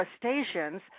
crustaceans